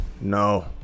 No